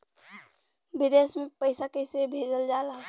विदेश में पैसा कैसे भेजल जाला?